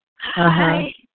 Hi